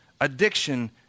addiction